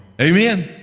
Amen